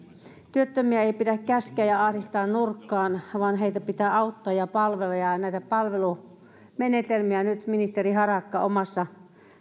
työttömiä ei pidä käskeä ja ahdistaa nurkkaan vaan heitä pitää auttaa ja palvella ja näitä palvelumenetelmiä nyt ministeri harakka omassa